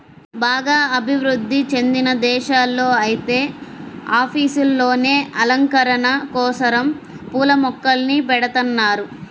బాగా అభివృధ్ధి చెందిన దేశాల్లో ఐతే ఆఫీసుల్లోనే అలంకరణల కోసరం పూల మొక్కల్ని బెడతన్నారు